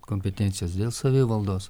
kompetencijos dėl savivaldos